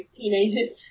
teenagers